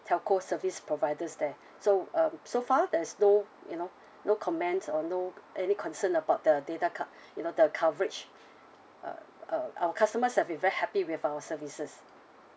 telco service providers there so um so far there's no you know no comments or no any concern about the data co~ you know the coverage uh uh our customers have been very happy with our services